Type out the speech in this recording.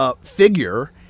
Figure